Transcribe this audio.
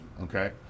okay